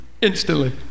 Instantly